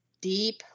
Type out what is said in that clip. deep